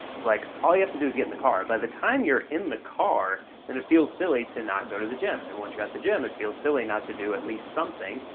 like all you have to do is get in the car. by the time you're in the car, then it feels silly to not go to the gym, and once you're at the gym, it feels silly not to do at least something,